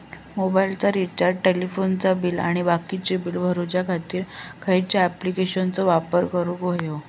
मोबाईलाचा रिचार्ज टेलिफोनाचा बिल आणि बाकीची बिला भरूच्या खातीर खयच्या ॲप्लिकेशनाचो वापर करूक होयो?